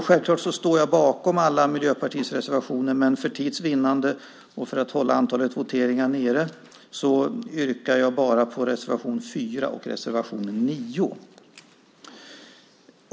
Självklart står jag bakom alla Miljöpartiets reservationer, men för tids vinnande och för att hålla antalet voteringar nere yrkar jag bifall bara till reservation 4 och 9.